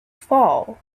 fall